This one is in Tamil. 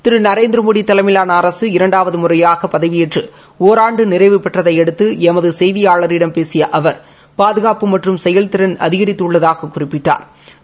திரு நரேந்திரமோடி தலைமையிலான அரசு இரண்டாவது முறையாக பதவியேற்ற ஒராண்டு நிறைவு பெற்றதை அடுத்து எமது கெப்தியாளிடம் பேசிய அவர் பாதுகாப்பு மற்றும் செயல்திறன் அதிகித்துள்ளதாகக் குறிப்பிட்டா்